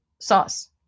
sauce